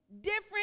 different